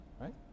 right